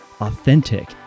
authentic